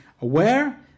Aware